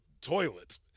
toilet